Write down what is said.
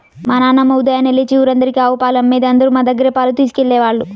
మా నాన్నమ్మ ఉదయాన్నే లేచి ఊరందరికీ ఆవు పాలమ్మేది, అందరూ మా దగ్గరే పాలు తీసుకెళ్ళేవాళ్ళు